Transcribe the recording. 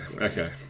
Okay